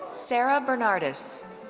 sarah bernardes.